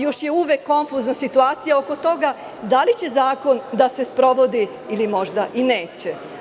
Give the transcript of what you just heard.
Još je uvek konfuzna situacija oko toga da li će zakon da se sprovodi ili možda i neće.